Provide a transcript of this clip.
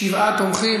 שבעה תומכים.